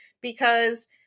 Because-